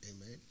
Amen